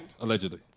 Allegedly